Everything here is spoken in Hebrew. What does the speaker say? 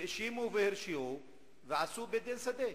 האשימו והרשיעו ועשו בית-דין שדה.